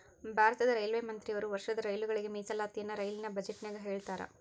ಭಾರತದ ರೈಲ್ವೆ ಮಂತ್ರಿಯವರು ವರ್ಷದ ರೈಲುಗಳಿಗೆ ಮೀಸಲಾತಿಯನ್ನ ರೈಲಿನ ಬಜೆಟಿನಗ ಹೇಳ್ತಾರಾ